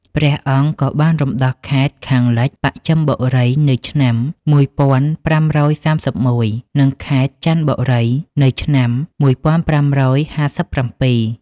ព្រះអង្គក៏បានរំដោះខេត្តខាងលិចបស្ចិមបុរីនៅឆ្នាំ ១៥៣១ និងខេត្តចន្ទបុរីនៅឆ្នាំ ១៥៥៧។